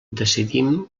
decidim